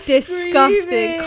Disgusting